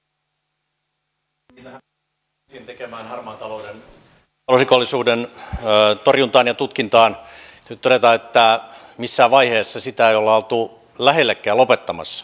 ensinnäkin tähän poliisin tekemään harmaan talouden talousrikollisuuden torjuntaan ja tutkintaan täytyy todeta että missään vaiheessa sitä ei olla oltu lähellekään lopettamassa